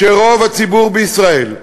שרוב הציבור בישראל,